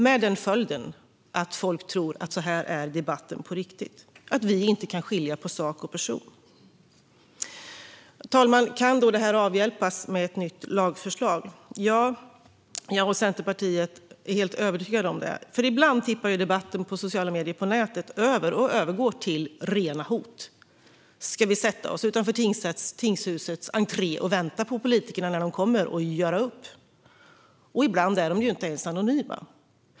Följden blir att folk tror att debatten ser ut så på riktigt och att vi inte kan skilja på sak och person. Fru talman! Kan då detta avhjälpas med ett nytt lagförslag? Jag och Centerpartiet är helt övertygade om det. Ibland tippar ju debatten i sociala medier på nätet över och övergår till rena hot. "Ska vi sätta oss utanför tingshusets entré och vänta på politikerna när de kommer och göra upp?" Ibland är hoten inte ens anonyma.